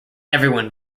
everyone